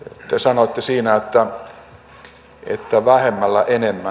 te sanoitte siinä että vähemmällä enemmän